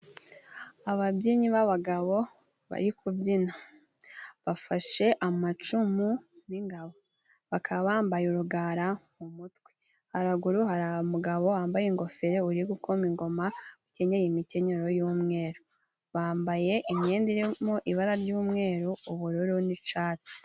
Ababyinnyi b'abagabo bari kubyina bafashe amacumu n'ingabo bakaba bambaye urugara mu mutwe, haraguru hari umugabo wambaye ingofero uri gukoma ingoma, ukenyeye imikenyero y'umweru, bambaye imyenda irimo ibara ry'umweru, ubururu n'icatsi.